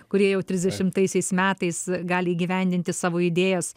kurie jau trisdešimtaisiais metais gali įgyvendinti savo idėjas